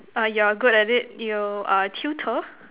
uh you're good at it you are tutor